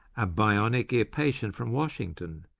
a bionic ear patient from washington,